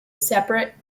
separate